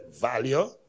value